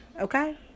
Okay